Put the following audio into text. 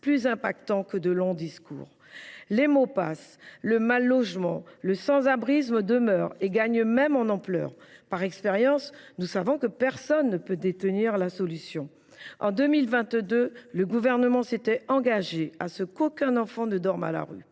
plus fort, que de longs discours. Les mots passent, le mal logement et le sans abrisme demeurent et gagnent même en ampleur. Par expérience, nous savons que personne ne peut détenir la solution. En 2022, le Gouvernement s’était engagé à ce qu’aucun enfant ne dorme à la rue.